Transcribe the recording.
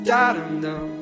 Da-dum-dum